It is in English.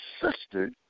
sister